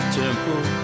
temple